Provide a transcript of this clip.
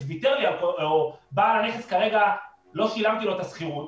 ויתר לי או כרגע לא שילמתי לבעל הנכס את השכירות